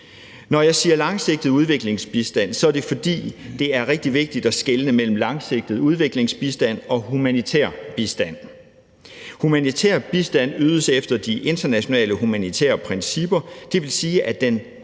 Når jeg siger langsigtet udviklingsbistand, er det, fordi det er rigtig vigtigt at skelne mellem langsigtet udviklingsbistand og humanitær bistand. Humanitær bistand ydes efter de internationale humanitære principper, det vil sige, at den